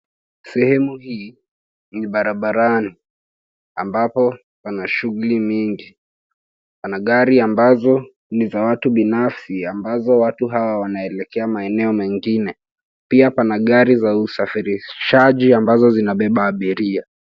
Sehemu hii ni barabarani ambapo pana shughuli nyingi. Pana gari ambazo ni za watu binafsi ambapo watu hawa wanaelekea maeneo mengine. Pia kuna gari za usafirishaji ambazo zinabeba abiria.